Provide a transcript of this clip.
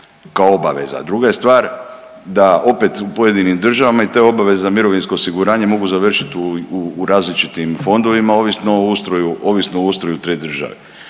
kao obaveza, a druga je stvar da opet u pojedinim državama i te obaveze za mirovinsko osiguranje mogu završit u različitim fondovima ovisno o ustroju, ovisno